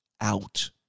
out